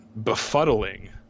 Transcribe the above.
befuddling